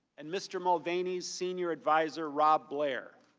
and mr. mulvaney's senior advisor rob blair.